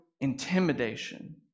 intimidation